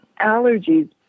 allergies